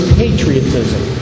patriotism